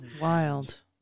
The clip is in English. Wild